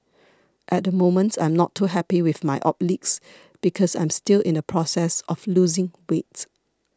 at the moment I'm not too happy with my obliques because I'm still in the process of losing weight